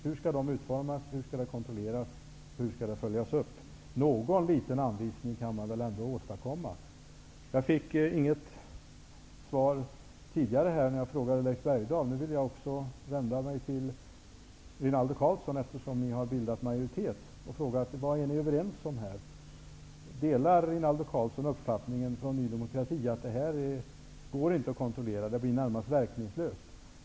Hur skall de utformas? Hur skall de kontrolleras? Hur skall de följas upp? Någon liten anvisning kan ni väl ändå åstadkomma! Jag fick inget svar tidigare i debatten när jag frågade Leif Bergdahl. Nu vänder jag mig även till Rinaldo Karlsson, eftersom ni har bildat majoritet, och frågar: Vad är ni överens om? Delar Rinaldo Karlsson Ny demokratis uppfattning att det här inte går att kontrollera, utan att det blir närmast verkningslöst?